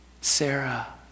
Sarah